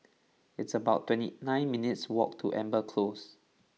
it's about twenty nine minutes' walk to Amber Close